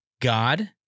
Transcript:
God